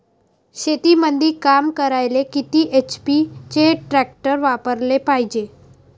शेतीमंदी काम करायले किती एच.पी चे ट्रॅक्टर वापरायले पायजे?